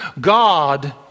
God